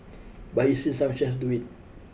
but he's seen some chefs do it